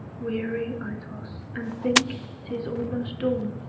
weary i toss, and think t is almost dawn,